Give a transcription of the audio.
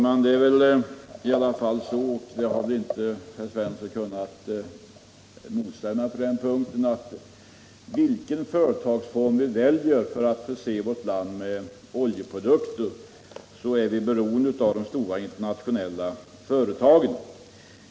Herr talman! Jörn Svensson kan väl inte motsäga det faktum att vilken företagsform vi än väljer för att förse vårt land med oljeprodukter, så 97 är vi beroende av de stora internationella företagen.